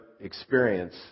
experience